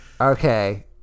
okay